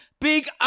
Big